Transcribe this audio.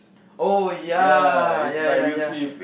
oh ya ya ya ya